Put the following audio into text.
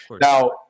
Now